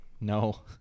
No